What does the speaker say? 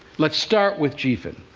let's start with gphin.